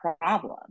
problem